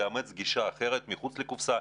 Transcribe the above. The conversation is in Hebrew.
יש לאמץ גישה אחרת מחוץ לקופסה.